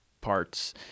parts